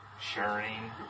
sharing